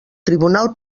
tribunal